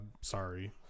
sorry